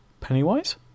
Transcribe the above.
Pennywise